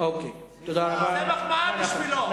זאת מחמאה בשבילו,